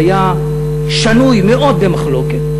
שהיה שנוי מאוד במחלוקת,